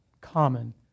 common